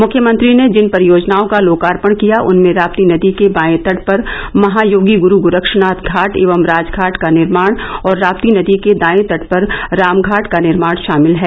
मुख्यमंत्री ने जिन परियोजनाओं का लोकार्पण किया उनमें रापी नदी के बाये तट पर महायोगी ग्रू गोरक्षनाथ घाट एवं राजघाट का निर्माण और राती नदी के दाये तट पर रामघाट का निर्माण शामिल है